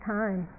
time